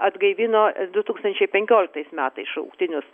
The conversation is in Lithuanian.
atgaivino du tūkstančiai penkioliktais metais šauktinius